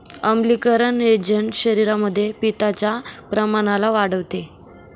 आम्लीकरण एजंट शरीरामध्ये पित्ताच्या प्रमाणाला वाढवते